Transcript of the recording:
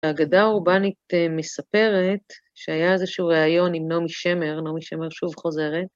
ההגדה האורבנית מספרת שהיה איזשהו ראיון עם נעמי שמר, נעמי שמר שוב חוזרת.